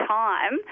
time